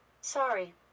Sorry